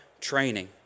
training